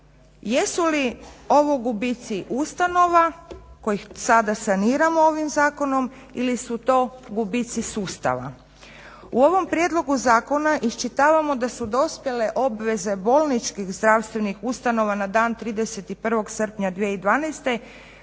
jesu li ovo gubici ustanova kojih sada saniramo ovim zakonom ili su to gubici sustava. U ovom prijedlogu zakona iščitavamo da su dospjele obveze bolničkih zdravstvenih ustanova na dan 31. srpnja 2012.